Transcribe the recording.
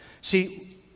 See